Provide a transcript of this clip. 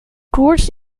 koers